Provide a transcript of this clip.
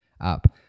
up